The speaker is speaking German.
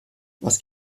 was